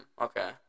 Okay